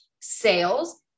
sales